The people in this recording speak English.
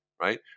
right